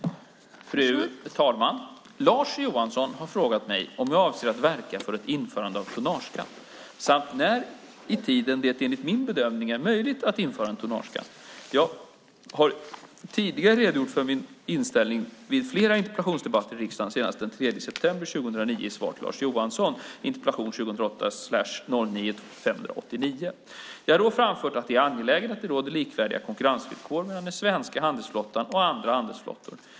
Lars Johansson har frågat mig om jag avser att verka för ett införande av tonnageskatt samt när i tid det, enligt min bedömning, är möjligt att införa en tonnageskatt. Jag har tidigare redogjort för min inställning vid flera interpellationsdebatter i riksdagen, senast den 3 september 2009 i svar på Lars Johanssons interpellation 2008/09:589. Jag har då framfört att det är angeläget att det råder likvärdiga konkurrensvillkor mellan den svenska handelsflottan och andra handelsflottor.